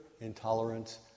intolerance